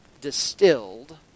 distilled